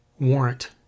Warrant